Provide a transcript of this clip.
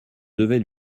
devais